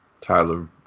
Tyler